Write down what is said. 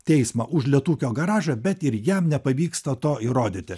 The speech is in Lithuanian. teismą už lietūkio garažą bet ir jam nepavyksta to įrodyti